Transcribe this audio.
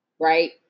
right